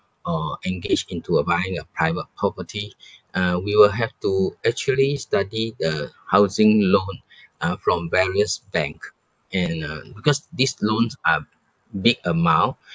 or engage into a buying a private property uh we will have to actually study the housing loan ah from various bank and uh because these loans are big amount